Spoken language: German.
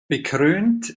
bekrönt